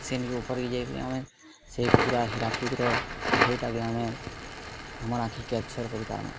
ସେନ୍କେ ଉପର୍କେ ଯାଇକରି ଆମେ ସେ ପୂରା ହୀରାକୁଦ୍ର ଢେଉଟାକେ ଆମେ ଆମର୍ ଆଖି କେପ୍ଚର୍ କରିପାର୍ମା